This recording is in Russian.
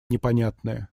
непонятные